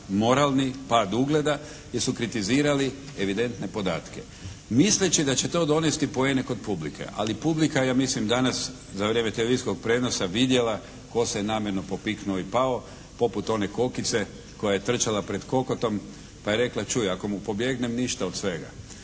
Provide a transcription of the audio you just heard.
moralni, pad ugleda jer su kritizirali evidentne podatke misleći da će to donijeti poene kod publike. Ali publika je ja mislim danas za vrijeme televizijskog prijenosa vidjela tko se namjerno popiknuo i pao poput one kokice koja je trčala pred kokotom pa je rekla: “Čuj, ako mu pobjegnem ništa od svega.